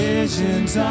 Visions